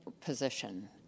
position